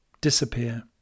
disappear